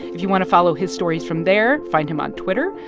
if you want to follow his stories from there, find him on twitter.